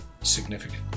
significant